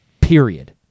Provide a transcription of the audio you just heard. period